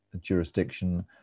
jurisdiction